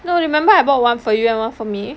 no you remember I bought one for you and one for me